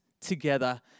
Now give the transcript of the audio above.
together